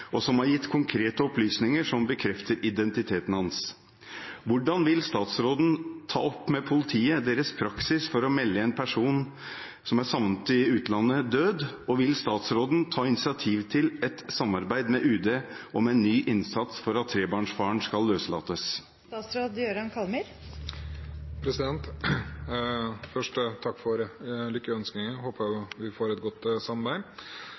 og som har gitt konkrete opplysninger som bekrefter identiteten hans. Hvordan vil statsråden ta opp med politiet deres praksis for å melde en savnet person i utlandet død, og vil statsråden ta initiativ til et samarbeid med UD om en ny innsats for at trebarnsfaren skal løslates?» Først vil jeg takke for lykkønskningen. Jeg håper vi får et godt samarbeid.